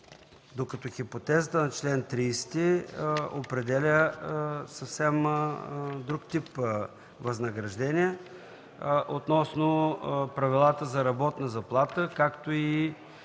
тук. Хипотезата на чл. 30 определя съвсем друг тип възнаграждения относно правилата за работна заплата, както и